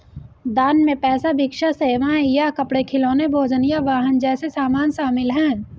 दान में पैसा भिक्षा सेवाएं या कपड़े खिलौने भोजन या वाहन जैसे सामान शामिल हैं